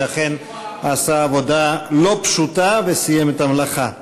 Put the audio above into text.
שאכן עשה עבודה לא פשוטה וסיים את המלאכה.